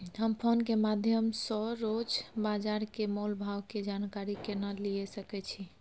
हम फोन के माध्यम सो रोज बाजार के मोल भाव के जानकारी केना लिए सके छी?